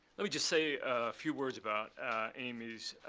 let me just say a few words about amy's